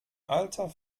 alter